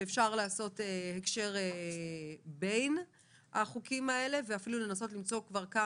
שאפשר לעשות הקשר בין החוקים האלה ואפילו לנסות למצוא כבר כאן,